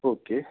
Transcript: okay